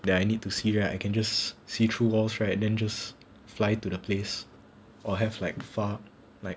that I need to see right I can just see through walls right then just fly to the place or have like far